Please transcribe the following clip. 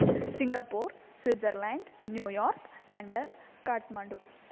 Singapore Switzerland New York London Kathmandu